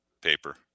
Paper